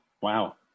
Wow